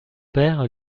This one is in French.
père